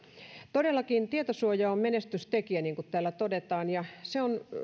todellakin tietosuoja on menestystekijä niin kuin täällä todetaan ja se on